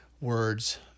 words